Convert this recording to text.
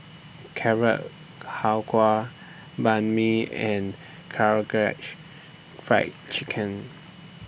Carrot Halwa Banh MI and Karaage Fried Chicken